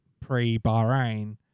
pre-Bahrain